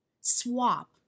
swap